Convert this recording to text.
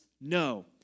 No